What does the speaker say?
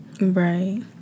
Right